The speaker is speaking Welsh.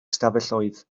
ystafelloedd